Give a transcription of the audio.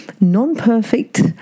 non-perfect